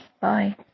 Bye